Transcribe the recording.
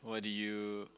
what do you